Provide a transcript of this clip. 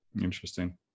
Interesting